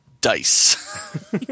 dice